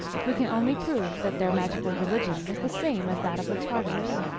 if we can only prove that their magical religion was the same as that of the tartars.